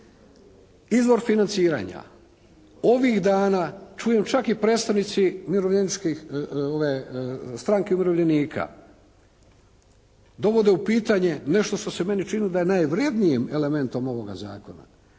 Izvor financiranja. Ovih dana čujem čak i predstavnici umirovljeničkih, Stranke umirovljenika dovode u pitanje nešto što se meni činilo da je najvrjednijim elementom ovog zakona.